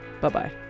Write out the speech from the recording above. Bye-bye